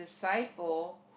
disciple